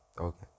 Okay